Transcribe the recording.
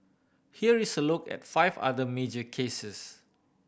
here is a look at five other major cases